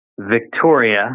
Victoria